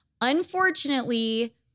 unfortunately